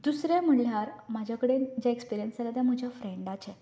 दुसरें म्हणल्यार म्हाजें कडेन जें एक्सपिरियंस आसा तें म्हज्या फ्रेंडाचे